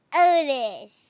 Otis